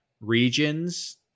regions